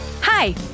Hi